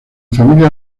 familia